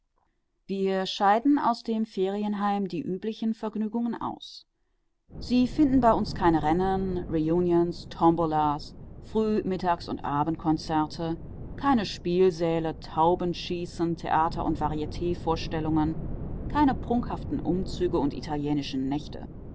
wir scheiden aus dem ferienheim die üblichen vergnügungen aus sie finden bei uns keine rennen reunions tombolas früh mittags und abendkonzerte keine spielsäle taubenschießen theater und varietvorstellungen keine prunkhaften umzüge und italienischen nächte